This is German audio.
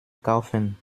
kaufen